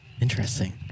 Interesting